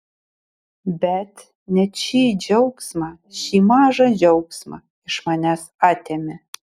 bet net šį džiaugsmą šį mažą džiaugsmą iš manęs atėmė